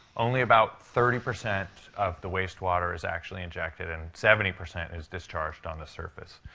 only about thirty percent of the wastewater is actually injected and seventy percent is discharged on the surface.